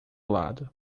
lado